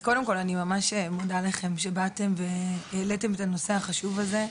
קודם כל אני ממש מודה לכם שבאתם והעליתם את הנושא החשוב הזה.